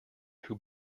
who